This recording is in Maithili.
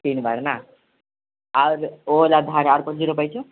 तीन बार ने आओर ओ वला धार पर की रोपाय छै